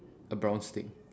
a brown stick